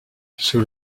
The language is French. sous